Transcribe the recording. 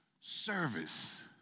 service